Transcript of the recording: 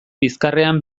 bizkarrean